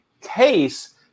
case